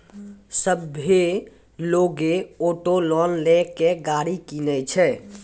सभ्भे लोगै auto loan लेय के गाड़ी किनै छै